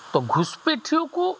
ତ ଘୁଷ୍ପେଠିକୁ